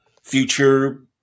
Future